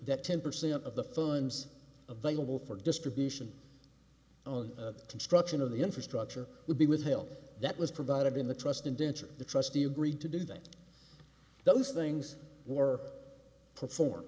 that ten percent of the fines available for distribution on the construction of the infrastructure would be withheld that was provided in the trust indenture the trustee agreed to do that those things were perform